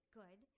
good